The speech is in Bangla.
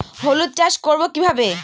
হলুদ চাষ করব কিভাবে?